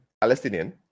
palestinian